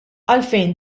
għalfejn